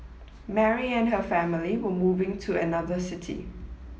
Mary and her family were moving to another city